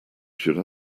should